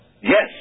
Yes